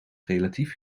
relatief